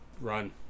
run